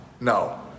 no